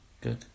good